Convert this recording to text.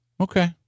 Okay